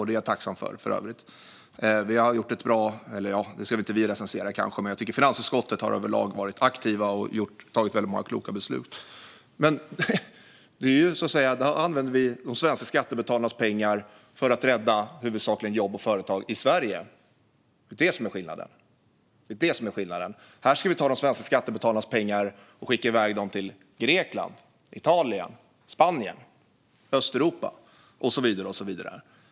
Det är jag för övrigt tacksam för. Det är kanske inte vår sak att recensera detta, men jag tycker att finansutskottet överlag har varit aktivt och tagit många kloka beslut. Men då har det handlat om att använda de svenska skattebetalarnas pengar för att rädda jobb och företag huvudsakligen i Sverige. Det är skillnaden. Här ska vi i stället ta de svenska skattebetalarnas pengar och skicka dem till Grekland, Italien, Spanien, Östeuropa och så vidare.